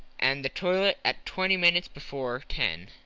and the toilet at twenty minutes before ten.